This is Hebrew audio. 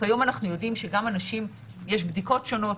כיום אנחנו יודעים שגם אנשים יש בדיקות שונות